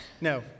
No